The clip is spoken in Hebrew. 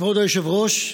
כבוד היושב-ראש,